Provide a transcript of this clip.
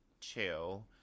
chill